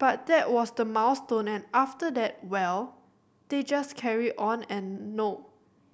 but that was the milestone and after that well they just carry on and no